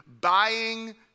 buying